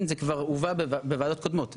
זה הובהר בוועדות קודמות,